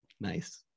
Nice